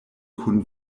kun